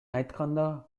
айтканда